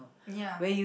ya